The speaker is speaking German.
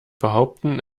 behaupten